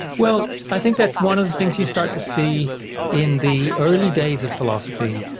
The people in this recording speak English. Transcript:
well, i think that's one of the things you start to see in the early days of philosophy,